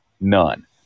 None